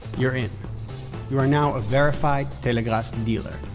you're in you are now a verified telegrass dealer,